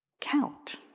count